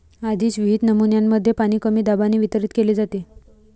आधीच विहित नमुन्यांमध्ये पाणी कमी दाबाने वितरित केले जाते